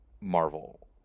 Marvel